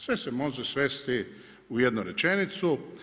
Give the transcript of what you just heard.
Sve se može svesti u jednu rečenicu.